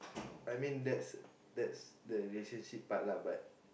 I mean that's that's the relationship part lah but